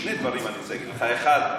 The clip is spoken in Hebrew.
שני דברים אני רוצה להגיד לך: האחד,